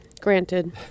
granted